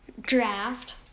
draft